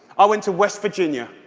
i went to west virginia,